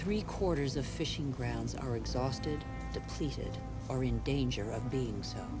three quarters of fishing grounds are exhausted depleted are in danger of being so